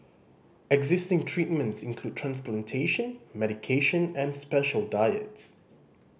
existing treatments include transplantation medication and special diets